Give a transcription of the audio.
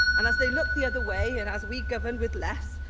and as they look the other way and as we govern with less,